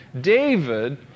David